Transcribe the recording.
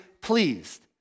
pleased